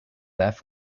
that